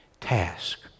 task